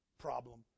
problem